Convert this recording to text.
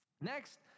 Next